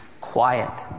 quiet